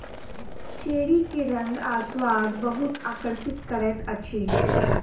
cherry के रंग आ स्वाद बहुत आकर्षित करैत अछि